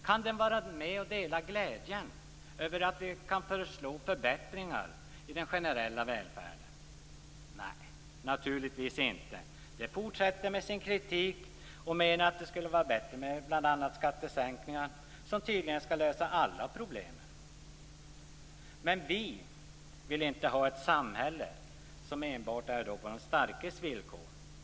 Kan den vara med och dela glädjen över att vi kan föreslå förbättringar i den generella välfärden? Nej, naturligtvis inte. Den fortsätter med sin kritik och menar att det skulle vara bättre med bl.a. skattesänkningar, något som tydligen skall lösa alla problem. Vi vill dock inte ha ett samhälle som enbart är på den starkes villkor.